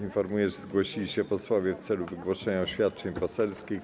Informuję, że zgłosili się posłowie w celu wygłoszenia oświadczeń poselskich.